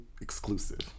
exclusive